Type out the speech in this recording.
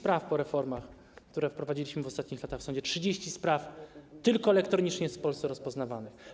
Po reformach, które wprowadziliśmy w ostatnich latach w sądzie, 30 spraw tylko elektronicznie jest w Polsce rozpoznawanych.